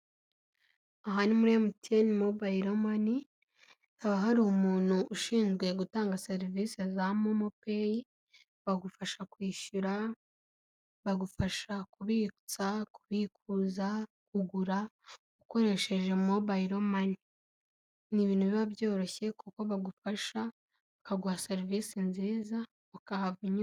Aha ni muri Emutiyene mobayiro mani haba hari umuntu ushinzwe gutanga serivisi za momo peyi. Bagufasha kwishyura, bagufasha kubitsa, kubikuza, kugura ukoresheje mobayiro mani. Ni ibintu biba byoroshye kuko bagufasha, baguha serivisi nziza ukahava unyuzwe.